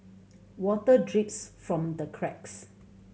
water drips from the cracks